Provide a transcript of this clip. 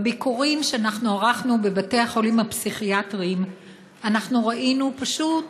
בביקורים שערכנו בבתי החולים הפסיכיאטריים ראינו פשוט,